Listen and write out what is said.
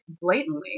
blatantly